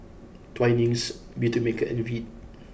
Twinings Beautymaker and Veet